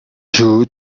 you